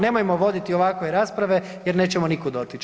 Nemojmo voditi ovakve rasprave jer nećemo nikud otić.